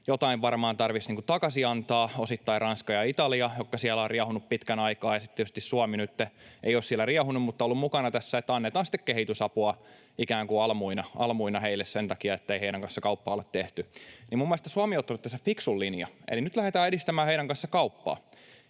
jotain varmaan tarvitsisi takaisin antaa, osittain Ranskassa ja Italiassa, jotka siellä ovat riehuneet pitkän aikaa. Tietysti Suomi nyt ei ole siellä riehunut mutta on ollut mukana tässä, että annetaan sitten kehitysapua ikään kuin almuina heille sen takia, ettei heidän kanssaan kauppaa ole tehty. Minun mielestäni Suomi on ottanut tässä fiksun linjan, eli nyt lähdetään edistämään heidän kanssaan kauppaa.